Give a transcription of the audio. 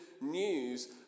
news